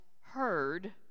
heard